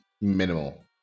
minimal